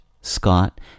Scott